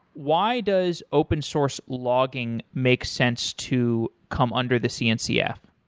why does open-source logging makes sense to come under the cncf?